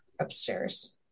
upstairs